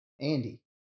Andy